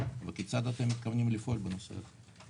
וכיצד אתם מתכוונים לפעול בנושא הזה?